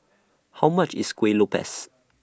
How much IS Kueh Lopes